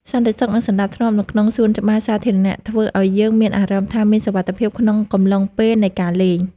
សន្តិសុខ និងសណ្តាប់ធ្នាប់នៅក្នុងសួនច្បារសាធារណៈធ្វើឱ្យយើងមានអារម្មណ៍ថា មានសុវត្ថិភាពក្នុងកំឡុងពេលនៃការលេង។